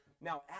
Now